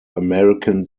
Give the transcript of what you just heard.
american